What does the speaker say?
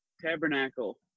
Tabernacle